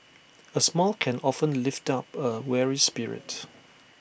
A smile can often lift up A weary spirit